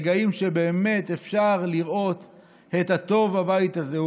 רגעים שבאמת אפשר לראות את הטוב בבית הזה,